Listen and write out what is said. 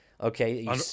okay